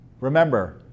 Remember